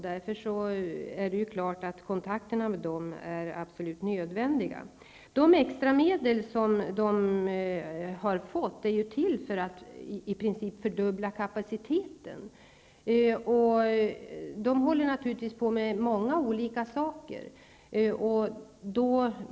Därför är kontakterna med SGU självfallet absolut nödvändiga. De extra medel som man har fått är till för att man i princip skall kunna fördubbla sin kapacitet. Naturligtvis sysslar SGU med många olika saker.